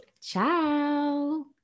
Ciao